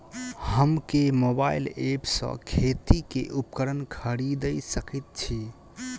हम केँ mobile app सँ खेती केँ उपकरण खरीदै सकैत छी?